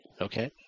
okay